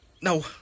No